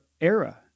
era